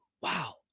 wow